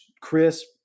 crisp